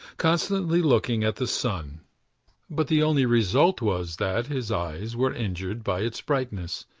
constantly looking at the sun but the only result was that his eyes were injured by its brightness,